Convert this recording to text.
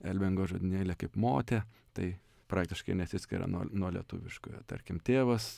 elbingo žodynėlyje kaip motė tai praktiškai nesiskiria nuo nuo lietuviškojo tarkim tėvas